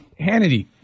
Hannity